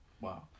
Wow